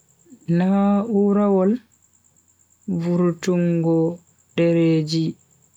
Na'urawol vurtungo dereji